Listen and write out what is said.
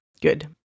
Good